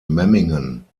memmingen